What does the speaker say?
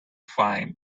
find